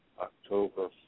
October